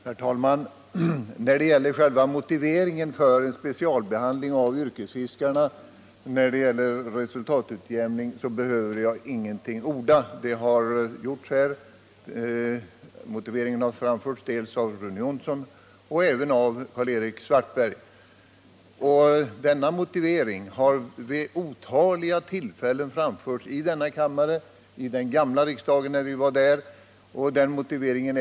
Herr talman! När det gäller en resultatutjämning för yrkesfiskarna behöver jag inte orda någonting om motiveringen för en sådan specialbehandling. Det har redan gjorts här. Motiveringen har framförts dels av Rune Johnsson, dels av Karl-Erik Svartberg. Precis samma motivering har vid otaliga tillfällen framförts i denna kammare och tidigare i den gamla riksdagen.